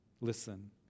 Listen